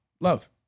love